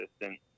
assistant